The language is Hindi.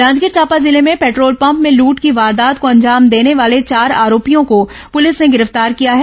जांजगीर चांपा जिले में पेट्रोल पम्प में लूट की वारदात को अंजाम देने वाले चार आरोपियों को पुलिस ने गिरफ्तार किया है